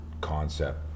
concept